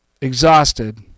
exhausted